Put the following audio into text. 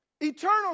Eternal